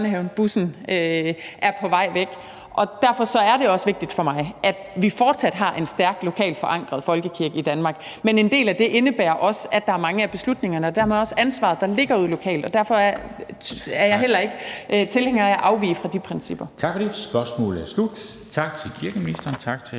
bussen er på vej væk. Derfor er det også vigtigt for mig, at vi fortsat har en stærk lokalt forankret folkekirke i Danmark, men en del af det indebærer også, at der er mange af beslutningerne og dermed også ansvaret, der ligger ude lokalt. Derfor er jeg heller ikke tilhænger af at afvige fra de principper. Kl. 13:54 Formanden (Henrik Dam Kristensen): Tak for